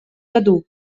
году